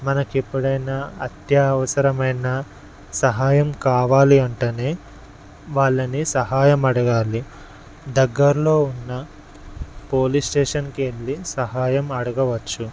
మనకి ఎప్పుడైనా అత్యవసరమైన సహాయం కావాలి అంటనే వాళ్ళని సహాయం అడగాలి దగ్గరలో ఉన్న పోలీస్ స్టేషన్ కి వెళ్ళి సహాయం అడగవచ్చు